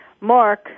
Mark